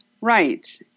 Right